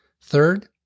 Third